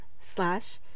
slash